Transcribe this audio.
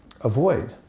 avoid